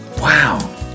Wow